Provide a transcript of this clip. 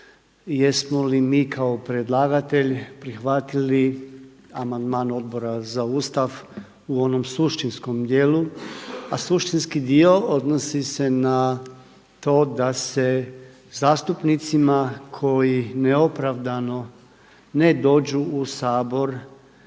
jesmo li mi kao predlagatelj prihvatili amandman Odbora za Ustav u onom suštinskom dijelu, a suštinski dio odnosi se na to da se zastupnicima koji neopravdano ne dođu u Sabor